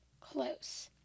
close